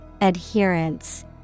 Adherence